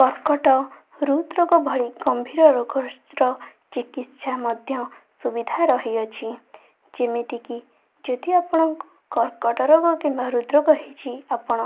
କର୍କଟ ହୃଦରୋଗ ଭଳି ଗମ୍ଭୀର ରୋଗ ଚିକିତ୍ସା ମଧ୍ୟ ସୁବିଧା ରହିଅଛି ଯେମିତି କି ଯଦି ଆପଣଙ୍କୁ କର୍କଟ ରୋଗ କିମ୍ବା ହୃଦରୋଗ ହେଇଛି ଆପଣ